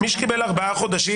מי שקיבל ארבעה חודשים,